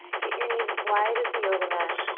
get your knees as wide as the yoga mat.